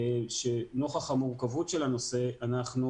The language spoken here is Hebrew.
שנוכח המורכבות של הנושא אנחנו